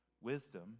Wisdom